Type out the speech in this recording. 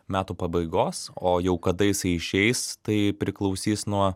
metų pabaigos o jau kada jisai išeis tai priklausys nuo